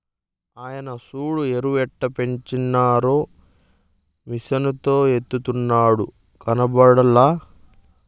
ఆయన్ని సూడు ఎరుయెట్టపెంచారో మిసనుతో ఎస్తున్నాడు కనబల్లా